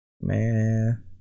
Man